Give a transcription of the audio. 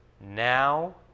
now